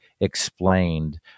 explained